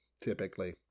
typically